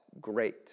Great